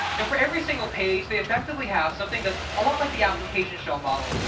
now for every single page, they effectively have something that's a lot like the application shell model.